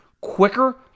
quicker